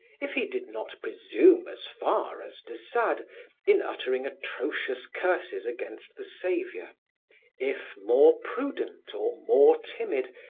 if he did not presume as far as de sade in uttering atrocious curses against the saviour if, more prudent or more timid,